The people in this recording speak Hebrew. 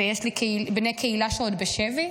ויש לי בני קהילה שעוד בשבי,